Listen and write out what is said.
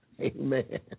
Amen